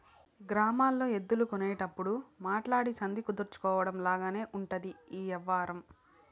గ్రామాల్లో ఎద్దులు కొనేటప్పుడు మాట్లాడి సంధి కుదర్చడం లాగానే ఉంటది ఈ యవ్వారం